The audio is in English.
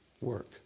work